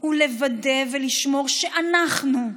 הוא לוודא ולשמור שאנחנו,